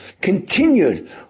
continued